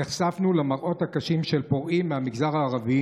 נחשפנו למראות הקשים של פורעים מהמגזר הערבי